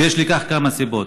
ויש לכך כמה סיבות: